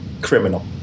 criminal